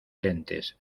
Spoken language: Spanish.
lentes